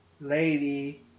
lady